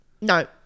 No